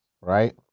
right